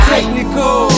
Technical